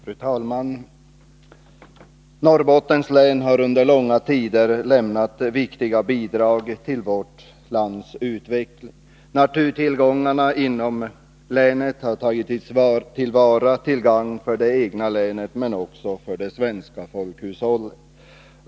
Fru talman! Norrbottens län har under en lång tid lämnat viktiga bidrag till vårt lands utveckling. Naturtillgångarna inom länet har tagits till vara, till gagn för det egna länet men också för det svenska folkhushållet.